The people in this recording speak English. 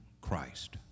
Christ